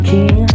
King